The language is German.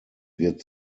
wird